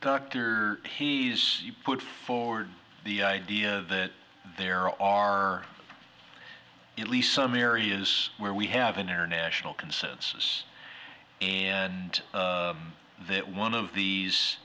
doctor he's put forward the idea that there are at least some areas where we have an international consensus and that one of these